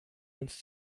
uns